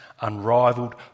unrivaled